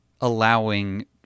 allowing